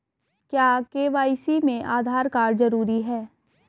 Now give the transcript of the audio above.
क्या के.वाई.सी में आधार कार्ड जरूरी है?